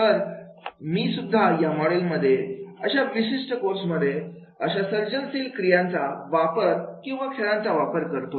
तर मी सुद्धा या मॉडेलमध्ये या विशिष्ट कोर्समध्ये अशा सर्जनशील क्रियाकलाप वापर किंवा खेळांचा वापर करतोय